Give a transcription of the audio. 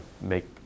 make